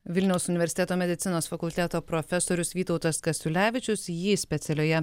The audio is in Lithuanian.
vilniaus universiteto medicinos fakulteto profesorius vytautas kasiulevičius jį specialioje